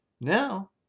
Now